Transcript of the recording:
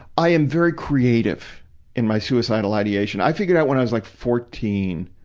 i am very creative in my suicidal ideation. i figured out when i was, like, fourteen,